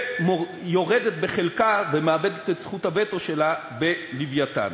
ויורדת בחלקה ומאבדת את זכות הווטו שלה ב"לווייתן".